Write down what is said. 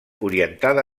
orientada